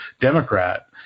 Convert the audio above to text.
Democrat